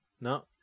No